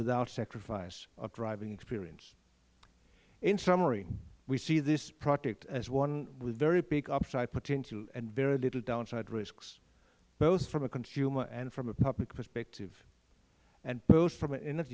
without sacrifice of driving experience in summary we see this project as one with very big upside potential and very little downside risks both from a consumer and from a public perspective and both from